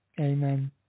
Amen